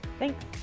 Thanks